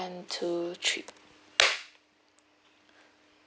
two three